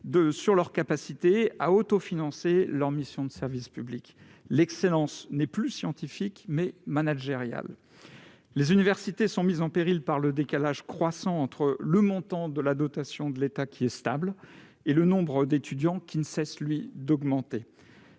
de leur capacité à autofinancer leurs missions de service public. L'excellence est non plus scientifique, mais managériale. Les universités sont mises en péril par le décalage croissant entre le montant de la dotation de l'État, qui est stable, et le nombre d'étudiants, qui ne cesse, lui, d'augmenter.